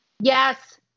Yes